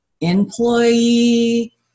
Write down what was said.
employee